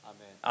Amen